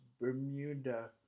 Bermuda